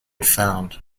found